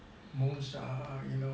most ah ah you know